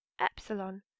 epsilon